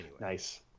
Nice